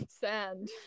Sand